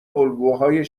الگوهای